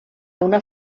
una